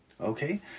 okay